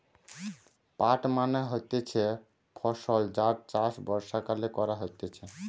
পাট মানে হতিছে ফসল যার চাষ বর্ষাকালে করা হতিছে